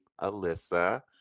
Alyssa